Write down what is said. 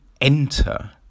enter